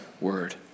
word